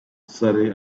surrey